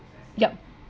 yup